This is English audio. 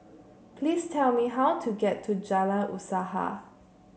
please tell me how to get to Jalan Usaha